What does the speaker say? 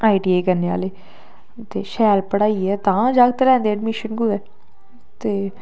ITI करने आहले ते शैल पढ़ाई ऐ तां जागत लैंदे एडमिशन कुतै ते